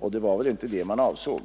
Men det var väl inte det man avsåg?